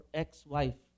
ex-wife